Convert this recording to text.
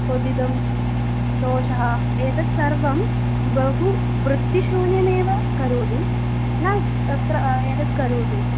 क्वथिते दोषः एतत् सर्वं बहु वृत्तिशून्यमेव करोति न तत्र एतत् करोतु